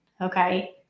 okay